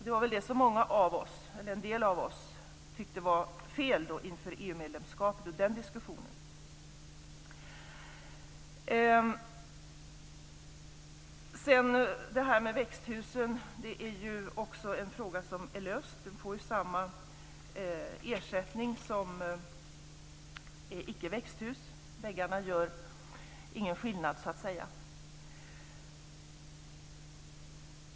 Det var det som en del av oss tyckte var fel inför diskussionen om Växthusen är en fråga som är löst. Man får samma ersättning som för icke-växthus. Väggarna gör så att säga ingen skillnad.